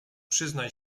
przyznaj